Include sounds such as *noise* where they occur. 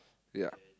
ya *noise*